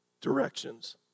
directions